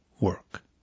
work